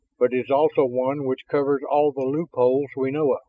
but it is also one which covers all the loopholes we know of.